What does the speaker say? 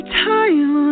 time